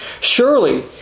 Surely